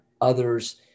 others